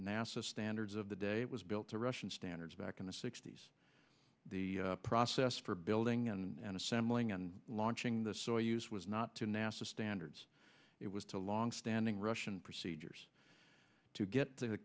nasa standards of the day it was built to russian standards back in the sixty's the process for building and assembling and launching the soyuz was not to nasa standards it was a longstanding russian procedures to get